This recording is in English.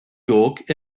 york